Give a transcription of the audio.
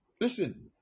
Listen